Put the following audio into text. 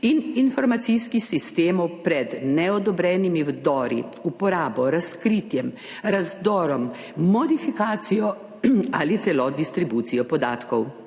in informacijskih sistemov pred neodobrenimi vdori, uporabo, razkritjem, razdorom, modifikacijo ali celo distribucijo podatkov.